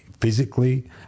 physically